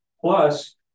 Plus